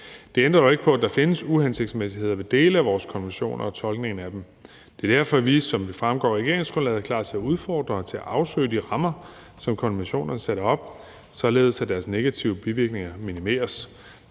Det ændrer dog ikke på, at der findes uhensigtsmæssigheder ved dele af vores konventioner og tolkningen af dem. Det er derfor, at vi, som det fremgår af regeringsgrundlaget, er klar til at udfordre og afsøge de rammer, som konventionerne har sat op, således at deres negative bivirkninger minimeres.